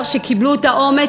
לאחר שקיבלו את האומץ,